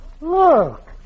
Look